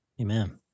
Amen